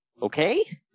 Okay